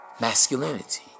masculinity